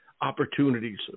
opportunities